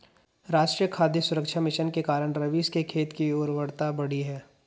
राष्ट्रीय खाद्य सुरक्षा मिशन के कारण रवीश के खेत की उर्वरता बढ़ी है